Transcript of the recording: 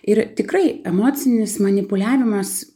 ir tikrai emocinis manipuliavimas